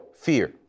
fear